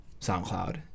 SoundCloud